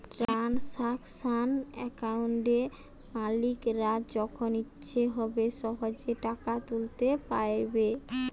transaction অ্যাকাউন্টে মালিকরা যখন ইচ্ছে হবে সহেজে টাকা তুলতে পাইরবে